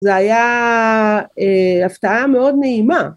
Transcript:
זה היה הפתעה מאוד נעימה